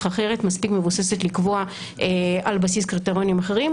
אחרת מספיק מבוססת לקבוע על בסיס קריטריונים אחרים.